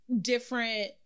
different